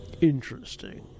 Interesting